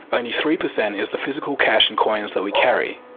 only three percent is the physical cash and coins that we carry.